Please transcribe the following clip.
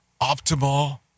optimal